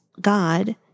God